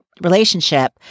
relationship